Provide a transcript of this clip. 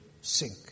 sink